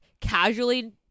casually